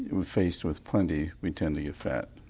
when faced with plenty we tend to get fat.